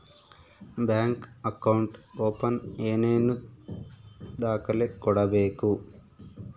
Bank account open ಏನೇನು ದಾಖಲೆ ಕೊಡಬೇಕು?